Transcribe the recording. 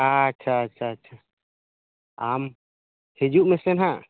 ᱟᱪᱪᱷᱟ ᱟᱪᱪᱷᱟ ᱟᱢ ᱦᱤᱡᱩᱜ ᱢᱮᱥᱮ ᱱᱟᱦᱟᱜ